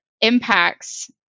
impacts